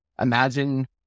Imagine